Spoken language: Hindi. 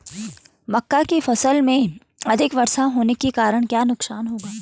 मक्का की फसल में अधिक वर्षा होने के कारण क्या नुकसान होगा?